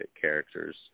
characters